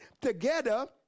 together